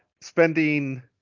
spending